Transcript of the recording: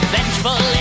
Vengeful